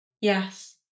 Yes